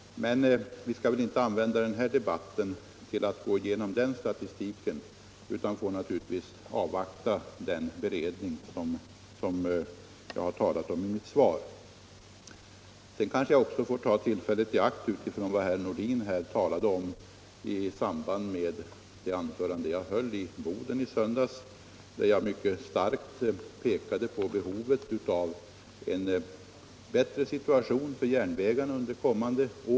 Men vi skall väl inte använda denna debatt för att gå igenom den sta tistiken utan får avvakta resultatet av den beredning som jag har talat om i mitt svar. Sedan får jag kanske också ta tillfället i akt och säga något i anslutning till det anförande som jag höll i Boden i söndags och som herr Nordin här berörde. Jag framhöll då det starka behovet av att förbättra järn vägarnas situation under kommande år.